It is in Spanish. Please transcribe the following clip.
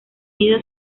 nido